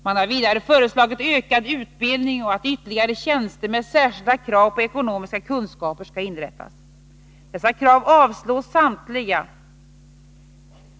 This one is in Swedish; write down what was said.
Man har vidare föreslagit ökad utbildning och att ytterligare tjänster med särskilda krav på ekonomiska kunskaper skall inrättas. Dessa krav avstyrks samtliga.